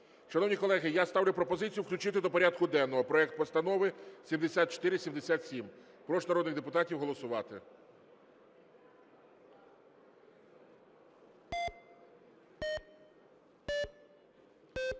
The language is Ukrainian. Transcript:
Шановні колеги, я ставлю пропозицію включити до порядку денного проект Постанови 7477. Прошу народних депутатів голосувати.